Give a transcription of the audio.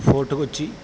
fort Kochi